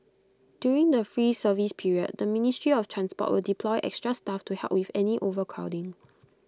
during the free service period the ministry of transport will deploy extra staff to help with any overcrowding